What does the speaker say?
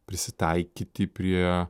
prisitaikyti prie